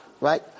right